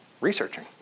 researching